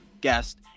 guest